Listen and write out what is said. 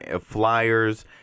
flyers